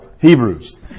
Hebrews